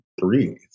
breathe